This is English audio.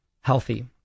healthy